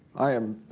i am.